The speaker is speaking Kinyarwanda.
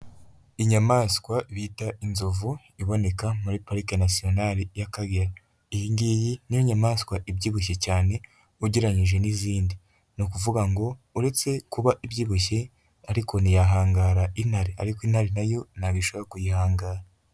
Inyamaswa bita inzovu iboneka muri Parike National y'akagera. Iyi ngiyi, niyo nyamaswa ibyibushye cyane ugereranyije n'izindi. Ni ukuvuga ngo uretse kuba ibyibushye ariko ntiyahangara intare, ariko intare nayo ntago ishobora kuyihangara.